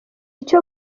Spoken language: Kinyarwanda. icyo